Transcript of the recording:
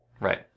Right